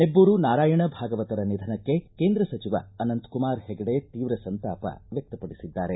ನೆಬ್ದೂರು ನಾರಾಯಣ ಭಾಗವತರ ನಿಧನಕ್ಕೆ ಕೇಂದ್ರ ಸಚಿವ ಅನಂತಕುಮಾರ್ ಹೆಗಡೆ ತೀವ್ರ ಸಂತಾಪ ವ್ಯಕ್ತಪಡಿಸಿದ್ದಾರೆ